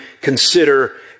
consider